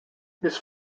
his